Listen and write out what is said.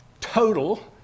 total